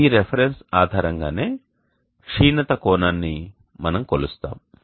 ఈ రిఫరెన్స్ ఆధారంగానే క్షీణత కోణాన్ని మనము కొలుస్తాము